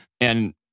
and-